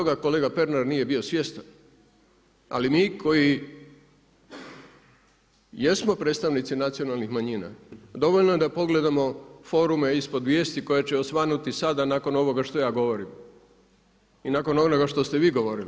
Onda toga kolega Pernar nije bio svjestan, ali mi koji jesmo predstavnici nacionalnih manjina, dovoljno je da pogledamo forume ispod vijesti koje će osvanuti sada nakon ovoga što ja govorim i nakon onoga što ste vi govorili.